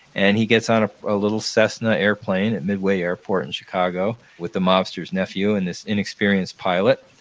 and he gets on a ah little cessna airplane at midway airport in chicago with the mobster's nephew and this inexperienced pilot.